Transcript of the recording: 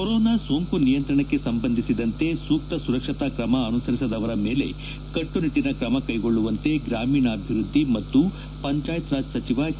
corona ಸೋಂಕು ನಿಯಂತ್ರಣಕ್ಕೆ ಸಂಬಂಧಿಸಿದಂತೆ ಸೂಕ್ತ ಸುರಕ್ಷತಾ ಕ್ರಮ ಅನುಸರಿಸದವರ ಮೇಲೆ ಕಟ್ಟುನಿಟ್ಟನ ಕ್ರಮ ಕೈಗೊಳ್ಳುವಂತೆ ಗ್ರಾಮೀಣಾಭಿವೃದ್ದಿ ಮತ್ತು ಪಂಚಾಯತ್ರಾಜ್ ಸಚಿವ ಕೆ